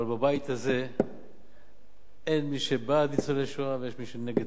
אבל בבית הזה אין מי שהוא בעד ניצולי השואה ומי שנגד.